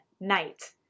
night